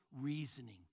reasoning